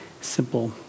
simple